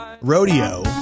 rodeo